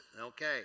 Okay